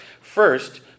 First